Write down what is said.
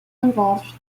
involved